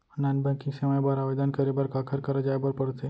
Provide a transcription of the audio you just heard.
non banking सेवाएं बर आवेदन करे बर काखर करा जाए बर परथे